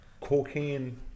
Cocaine